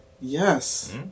Yes